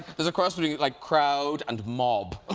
there's a cross between, like, crowd and mob.